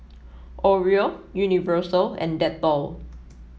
Oreo Universal and Dettol